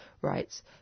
rights